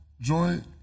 joint